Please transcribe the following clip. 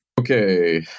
Okay